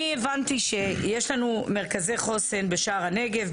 אני הבנתי שיש לנו מרכזי חוסן בשער הנגב,